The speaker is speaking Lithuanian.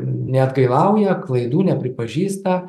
neatgailauja klaidų nepripažįsta